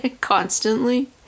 Constantly